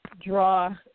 draw